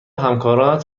همکارانت